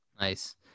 Nice